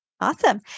Awesome